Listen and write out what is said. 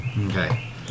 Okay